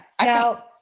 now